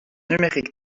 numérique